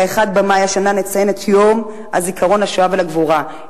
ב-1 במאי השנה נציין את יום הזיכרון לשואה ולגבורה.